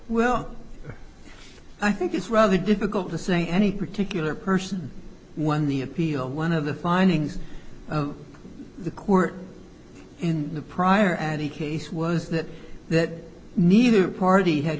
well i think it's rather difficult to say any particular person won the appeal one of the findings of the court in the prior addie case was that that neither party had